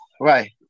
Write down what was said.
Right